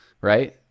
right